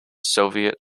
soviet